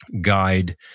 guide